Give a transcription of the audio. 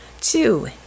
two